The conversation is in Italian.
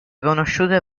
conosciuta